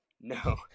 no